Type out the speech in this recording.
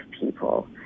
people